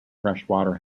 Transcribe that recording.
freshwater